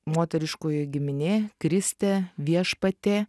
moteriškoji giminė kristė viešpatė